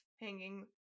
hanging